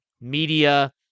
media